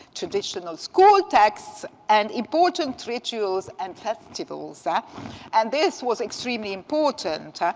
traditional school texts, and important rituals and festivals. yeah and this was extremely important.